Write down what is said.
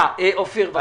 אופיר, בבקשה.